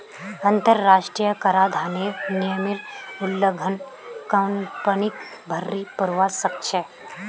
अंतरराष्ट्रीय कराधानेर नियमेर उल्लंघन कंपनीक भररी पोरवा सकछेक